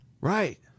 Right